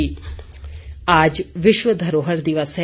विश्व धरोहर आज विश्व धरोहर दिवस है